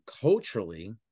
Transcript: culturally